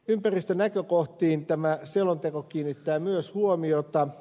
ympäristönäkökohtiin tämä selonteko kiinnittää myös huomiota